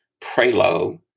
Prelo